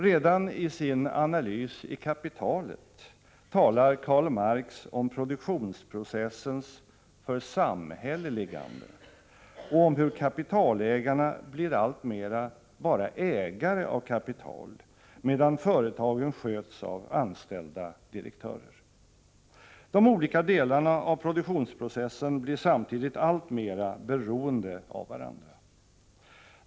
Redan i sin analys i ”Kapitalet” talar Karl Marx om produktionsprocessens församhälleligande och om hur kapitalägarna blir alltmera bara ägare av kapital, medan företagen sköts av anställda direktörer. De olika delarna av produktionsprocessen blir samtidigt alltmera beroende av varandra.